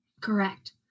Correct